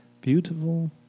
beautiful